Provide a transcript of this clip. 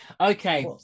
Okay